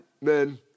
men